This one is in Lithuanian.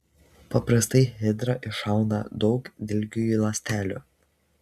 paprastai hidra iššauna daug dilgiųjų ląstelių